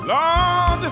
Lord